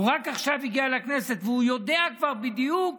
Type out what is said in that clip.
הוא רק עכשיו הגיע לכנסת, והוא יודע כבר בדיוק